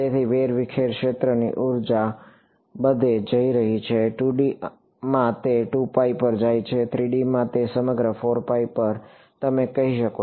તેથી વેરવિખેર ક્ષેત્રની ઉર્જા બધે જઇ રહી છે 2 D માં તે 2 pi પર જાય છે 3 D માં તે સમગ્ર પર તમે કહી શકો છો